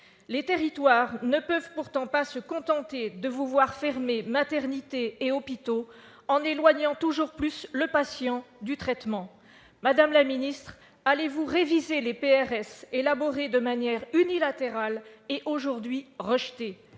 Les territoires ne peuvent pourtant pas se contenter de vous voir fermer maternités et hôpitaux en éloignant toujours plus le patient du traitement. Madame la ministre, allez-vous réviser les PRS élaborés de manière unilatérale et aujourd'hui rejetés ?